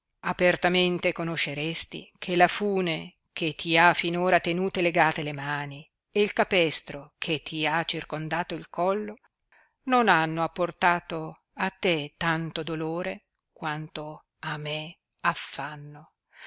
apertamente conosceresti che la fune che ti ha fin ora tenute legate le mani e il capestro che ti ha circondato il collo non hanno apportato a te tanto dolore quanto a me affanno